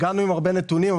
הגענו עם הרבה נתונים,